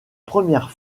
première